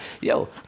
Yo